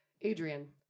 Adrian